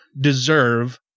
deserve